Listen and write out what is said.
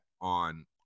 on